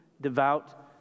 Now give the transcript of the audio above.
devout